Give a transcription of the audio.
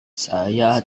saya